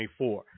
2024